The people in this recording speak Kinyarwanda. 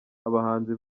abahanzi